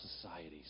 societies